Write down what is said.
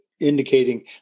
indicating